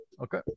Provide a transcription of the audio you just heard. Okay